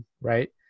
right